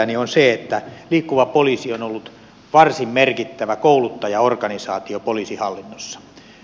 se on se että liikkuva poliisi on ollut varsin merkittävä kouluttajaorganisaatio poliisihallinnossa